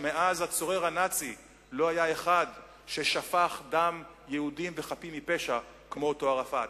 שמאז הצורר הנאצי לא היה אחד ששפך דם יהודים חפים מפשע כמו אותו ערפאת.